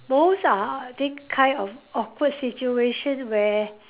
most are I think kind of awkward situation where